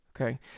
Okay